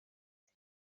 است